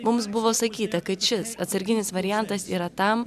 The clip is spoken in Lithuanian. mums buvo sakyta kad šis atsarginis variantas yra tam